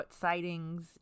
sightings